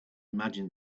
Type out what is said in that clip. imagine